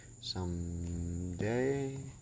Someday